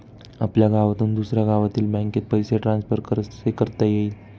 आपल्या गावातून दुसऱ्या गावातील बँकेत पैसे ट्रान्सफर कसे करता येतील?